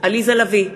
עליזה לביא,